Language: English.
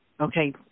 Okay